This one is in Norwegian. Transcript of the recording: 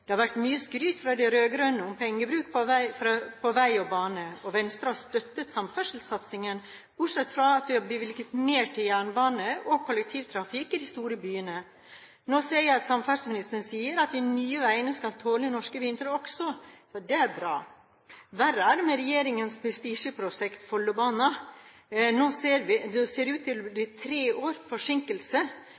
Det har vært mye skryt fra de rød-grønne om pengebruk på vei og bane, og Venstre har støttet samferdselssatsingen, bortsett fra at vi har bevilget mer til jernbane og kollektivtrafikk i de store byene. Nå ser jeg at samferdselsministeren sier at de nye veiene skal tåle norske vintre også, og det er bra. Verre er det med regjeringens prestisjeprosjekt, Follobanen. Det ser ut til å bli tre års forsinkelse